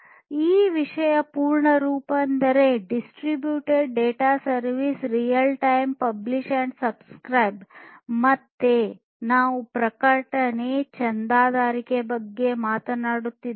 ಈ ವಿಷಯದ ಪೂರ್ಣ ರೂಪವೆಂದರೆ distributed data service real time publish and subscribe ಮತ್ತೆ ನಾವು ಪ್ರಕಟಣೆ ಚಂದಾದಾರಿಕೆ ಬಗ್ಗೆ ಮಾತನಾಡುತ್ತಿದ್ದೇವೆ